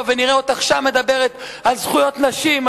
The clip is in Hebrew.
ונראה אותך שם מדברת על זכויות נשים,